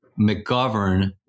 McGovern